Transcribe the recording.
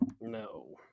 No